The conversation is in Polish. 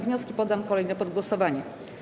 Wnioski poddam kolejno pod głosowanie.